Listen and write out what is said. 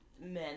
men